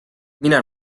mina